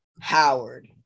Howard